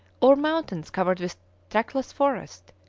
over mountains covered with trackless forest,